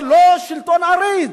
אבל לא שלטון עריץ,